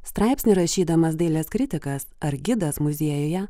straipsnyje rašydamas dailės kritikas ar gidas muziejuje